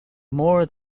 more